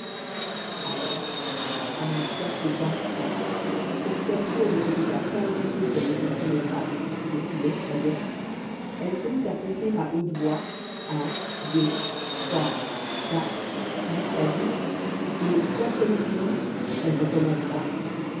alors par une sorte d'instinct pour sortir de cet état singulier qu'elle ne comprenait pas mais qui l'effrayait elle se mit à compter à haute voix un deux trois quatre jusqu'à dix et quand elle eut fini elle recommença